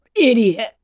idiot